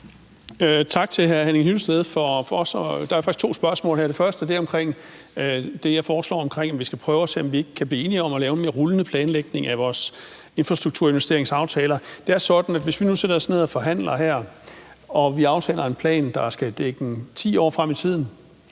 Tak til hr. Henning Hyllested. Der er faktisk to spørgsmål her. Det første vedrører det, jeg foreslår, om, at vi skal prøve at se, om vi ikke kan blive enige om at lave en mere rullende planlægning af vores infrastrukturinvesteringsaftaler. Det er sådan, at vi, hvis vi nu sætter os ned og forhandler her og aftaler en plan, der skal dække 10 år frem i tiden,